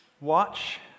watch